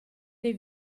dei